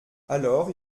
alors